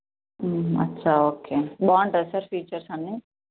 అచ్చా ఓకే బాగుంటుందా sir features అన్నీ